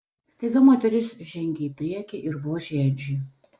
staiga moteris žengė į priekį ir vožė edžiui